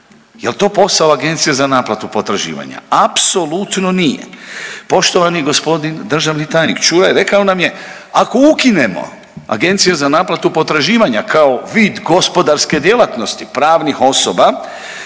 jel to posao agencije za naplatu potraživanja, apsolutno nije. Poštovani gospodin državni tajnik Čuraj rekao nam je ako ukinemo agencije za naplatu potraživanja kao vid gospodarske djelatnosti pravnih osoba